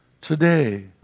today